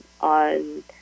on